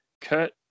Kurt